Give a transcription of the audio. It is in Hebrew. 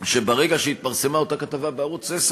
שברגע שהתפרסמה אותה כתבה בערוץ 10,